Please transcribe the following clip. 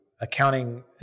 Accounting